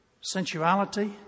sensuality